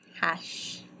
Hash